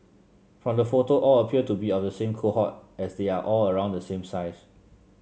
from the photo all appear to be of the same cohort as they are all around the same size